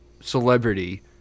celebrity